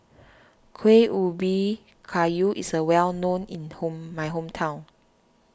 Kueh Ubi Kayu is well known in my hometown